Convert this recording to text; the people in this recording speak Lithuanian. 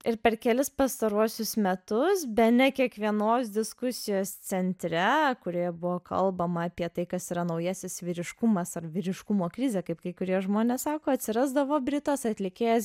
ir per kelis pastaruosius metus bene kiekvienos diskusijos centre kurioje buvo kalbama apie tai kas yra naujasis vyriškumas ar vyriškumo krizė kaip kai kurie žmonės sako atsirasdavo britas atlikėjas